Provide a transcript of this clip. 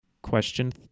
Question